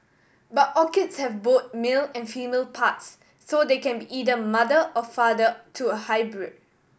but orchids have both male and female parts so they can be either mother or father to a hybrid